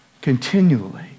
continually